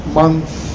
month